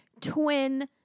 twin